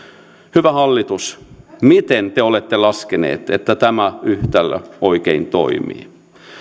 hyvä hallitus miten te olette laskeneet että tämä yhtälö oikein toimii